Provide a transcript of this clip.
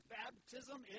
baptism